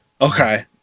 Okay